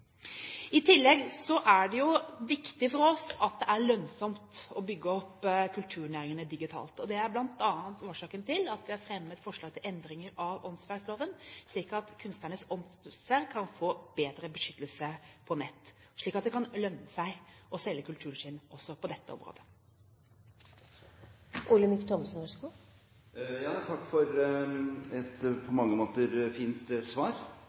I tillegg er det viktig for oss at det er lønnsomt å bygge opp kulturnæringene digitalt. Det er bl.a. årsaken til at vi har fremmet forslag til endringer i åndsverksloven, slik at kunstnernes åndsverk kan få bedre beskyttelse på nett, og at det kan lønne seg å selge kulturen sin også på dette området. Takk for et på mange måter fint svar.